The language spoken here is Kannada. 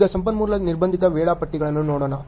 ಈಗ ಸಂಪನ್ಮೂಲ ನಿರ್ಬಂಧಿತ ವೇಳಾಪಟ್ಟಿಗಳನ್ನು ನೋಡೋಣ